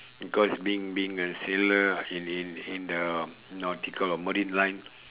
cause being being a sailor in in the nautical or marine line